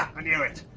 i knew it!